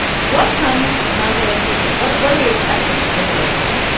what comes monday and tuesday? what what are we expecting in the days ahead?